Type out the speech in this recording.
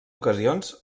ocasions